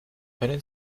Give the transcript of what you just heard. können